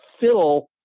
fill